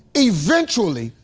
eventually,